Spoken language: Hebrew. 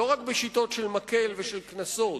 לא רק בשיטות של מקל ושל קנסות,